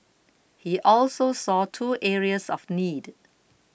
he also saw two areas of need